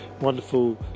wonderful